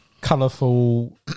colourful